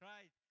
Right